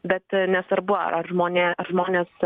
bet nesvarbu ar ar žmonė žmonės